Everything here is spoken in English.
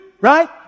right